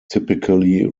typically